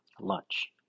lunch